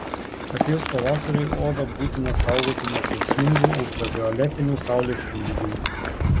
atėjus pavasariui odą būtina saugoti nuo kenksmingų ultravioletinių saulės spindulių